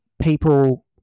people